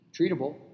Treatable